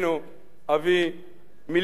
אביא מלים אחדות,